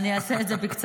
אני אעשה את זה בקצרה.